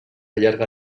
llarga